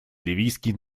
ливийский